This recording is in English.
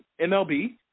MLB